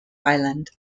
island